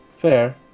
Fair